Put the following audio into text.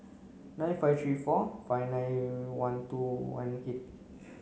nine five three four five nine one two one eight